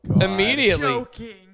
Immediately